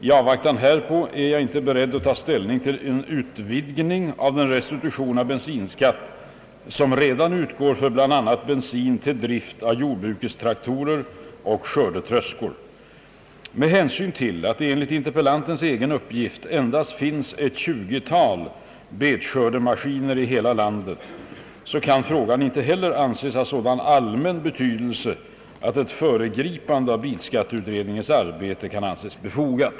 I avvaktan härpå är jag inte beredd att ta ställning till en utvidgning av den restitution av bensinskatt, som redan utgår för bl.a. bensin till drift av jordbrukarnas traktorer och skörde tröskor. Med hänsyn till att det enligt interpellantens egen uppgift endast finns ett 20-tal betskördemaskiner i hela landet kan frågan inte heller anses ha sådan allmän betydelse att ett föregripande av bilskatteutredningens arbete är befogat.